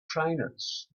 trainers